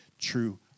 true